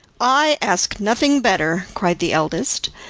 i ask nothing better, cried the eldest,